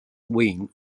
win